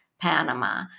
Panama